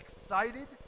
excited